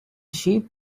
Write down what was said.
sheep